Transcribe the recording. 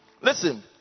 listen